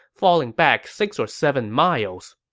falling back six or seven miles.